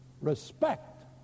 Respect